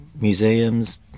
Museums